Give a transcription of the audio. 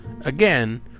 Again